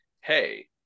hey